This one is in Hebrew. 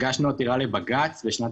הגשנו עתירה לבג"ץ בשנת